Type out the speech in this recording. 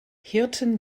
hirten